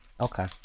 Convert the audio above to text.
Okay